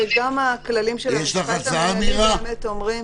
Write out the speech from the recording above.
אבל גם הכללים של המשפט המינהלי באמת אומרים